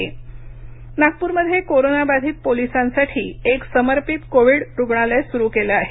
नागपूर नागप्रमध्ये कोरोना बाधित पोलीसांसाठी एक समर्पित कोविड रुग्णालय सुरू केलं आहे